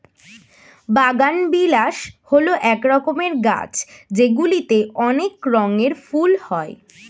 বাগানবিলাস হল এক রকমের গাছ যেগুলিতে অনেক রঙের ফুল হয়